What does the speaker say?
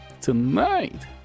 tonight